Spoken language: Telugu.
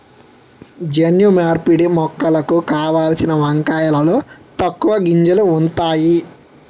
జన్యు మార్పిడి మొక్కలకు కాసిన వంకాయలలో తక్కువ గింజలు ఉంతాయి